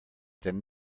than